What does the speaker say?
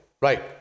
Right